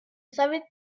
seventh